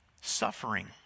Suffering